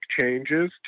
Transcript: changes